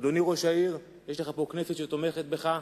אדוני ראש העיר, יש לך פה כנסת שתומכת בך,